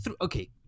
Okay